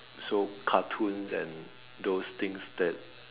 so cartoons and those things that